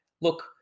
look